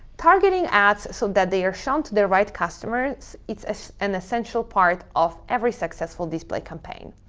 targeting ads so that they are shown to the right customers is an essential part of every successful display campaign.